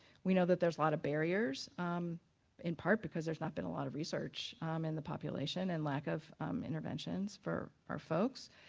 we know that there's a lot of barriers in part because there's not been a lot of research in the population and lack of interventions for our folks.